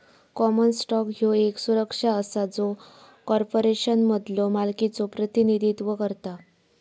common stock ह्यो येक सुरक्षा असा जो कॉर्पोरेशनमधलो मालकीचो प्रतिनिधित्व करता